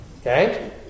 Okay